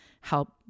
help